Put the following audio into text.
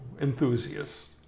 enthusiasts